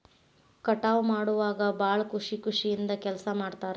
ಕಟಾವ ಮಾಡುವಾಗ ಭಾಳ ಖುಷಿ ಖುಷಿಯಿಂದ ಕೆಲಸಾ ಮಾಡ್ತಾರ